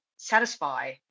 satisfy